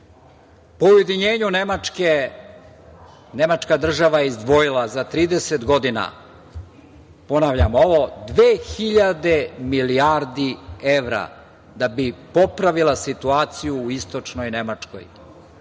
po ujedinjenju Nemačke, Nemačka država je izdvojila za 30 godina, ponavljam ovo, dve hiljade milijardi evra da bi popravila situaciju u istočnoj Nemačkoj.